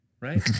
Right